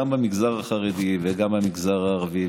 גם במגזר החרדי וגם במגזר הערבי,